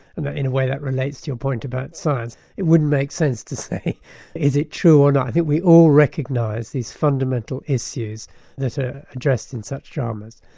and ah in a way that relates to a point about science it wouldn't make sense to say is it true or not, i think we all recognise these fundamental issues that are ah addressed in such dramas.